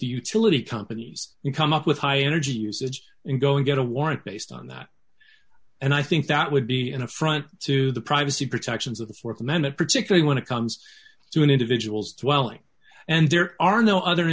utility companies can come up with high energy usage and go and get a warrant based on that and i think that would be an affront to the privacy protections of the th amendment particularly when it comes to an individual's well and there are no other